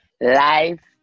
Life